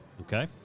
Okay